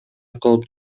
кылып